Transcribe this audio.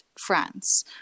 France